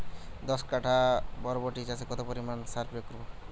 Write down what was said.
দশ কাঠা বরবটি চাষে কত পরিমাণ সার প্রয়োগ করব?